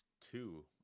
two